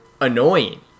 annoying